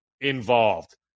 involved